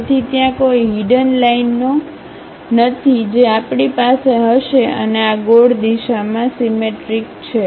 તેથી ત્યાં કોઈ હીડન લાઈન ઓ નથી જે આપણી પાસે હશે અને આ ગોળ દિશામાં સીમેટ્રિક છે